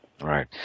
Right